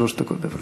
שלוש דקות, בבקשה.